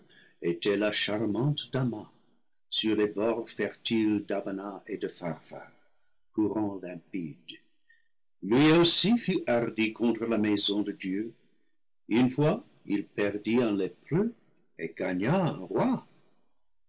était la charmante damas sur les bords fertiles d'abana et de pharphar courants limpides lui aussi fut hardi contre la maison de dieu une fois il perdit un lépreux et gagna un roi